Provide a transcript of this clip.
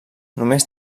només